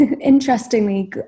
interestingly